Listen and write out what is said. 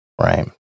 Right